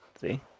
See